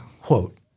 quote